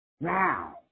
Now